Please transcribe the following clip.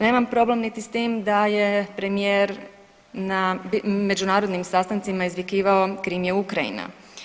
Nemam problem niti s tim da je premijer na međunarodnim sastancima izvikivao Krim je Ukrajina.